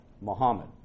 Muhammad